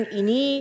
ini